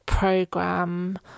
Program